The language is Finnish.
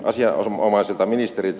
kysyn asianomaiselta ministeriltä